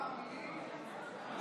אלכס,